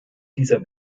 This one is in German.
dieser